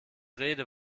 rede